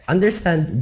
Understand